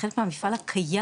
כחלק מהמפעל הקיים.